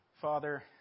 Father